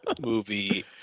movie